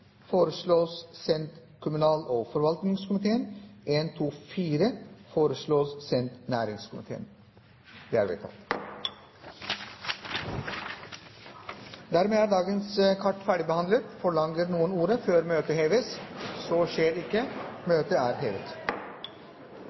Arbeiderpartiet, Sosialistisk Venstreparti og Senterpartiet ønsker å stemme imot. Dermed er dagens kart ferdigbehandlet. Forlanger noen ordet før møtet heves? – Møtet er hevet.